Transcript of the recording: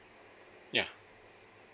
yeah